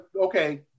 okay